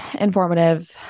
informative